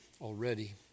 already